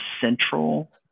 central